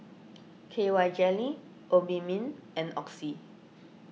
K Y jelly Obimin and Oxy